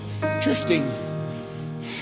drifting